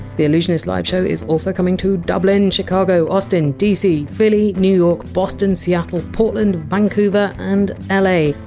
the allusionist live show is also coming to dublin, chicago, austin, dc, philly new york, boston, seattle, portland, vancouver and ah like